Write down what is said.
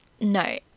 no